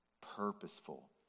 purposeful